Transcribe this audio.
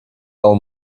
our